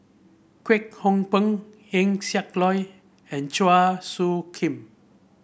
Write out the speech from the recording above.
Kwek Hong Png Eng Siak Loy and Chua Soo Khim